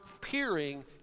peering